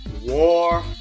War